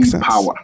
power